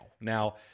now